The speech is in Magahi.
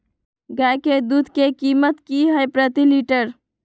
गाय के दूध के कीमत की हई प्रति लिटर?